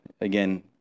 again